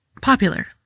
popular